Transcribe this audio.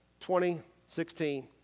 2016